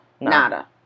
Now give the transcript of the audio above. Nada